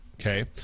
okay